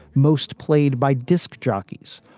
most played by disc jockeys,